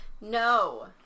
No